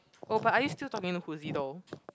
oh but are you still talking to Whoozy though